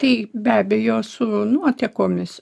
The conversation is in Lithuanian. tai be abejo su nuotekomis